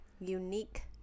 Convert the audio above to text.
Unique